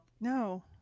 No